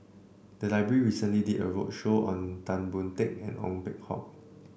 the library recently did a roadshow on Tan Boon Teik and Ong Peng Hock